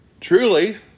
truly